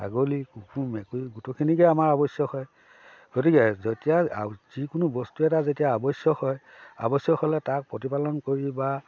ছাগলী কুকুৰ মেকুৰী গোটেইখিনিকে আমাৰ আৱশ্যক হয় গতিকে যেতিয়া যিকোনো বস্তু এটা যেতিয়া আৱশ্যক হয় আৱশ্যক হ'লে তাৰ প্ৰতিপালন কৰি বা